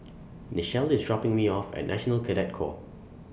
Nichelle IS dropping Me off At National Cadet Corps